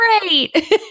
great